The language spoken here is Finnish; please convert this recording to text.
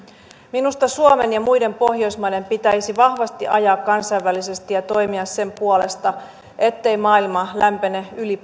minusta suomen ja muiden pohjoismaiden pitäisi vahvasti ajaa kansainvälisesti sitä ja toimia sen puolesta ettei maailma lämpene yli